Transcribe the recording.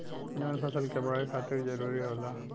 जवन फसल क बड़े खातिर जरूरी होला